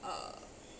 uh